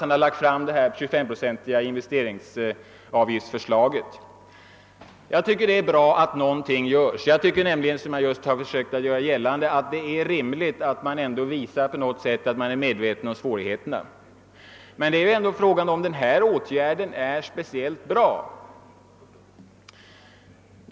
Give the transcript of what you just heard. Han har lagt fram förslaget om den 253-procentiga investeringsavgiften. Jag tycker att det är bra att någonting görs, och jag har försökt att göra gällande att man ändå på något sätt skall visa sig vara medveten om svårigheterna. Men fråga är om den föreslagna åtgärden är speciellt bra.